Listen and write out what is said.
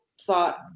thought